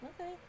Okay